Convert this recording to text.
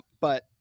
But-